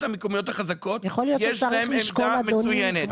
יש להן עמדה מצוינת.